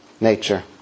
nature